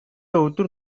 өдөр